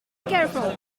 careful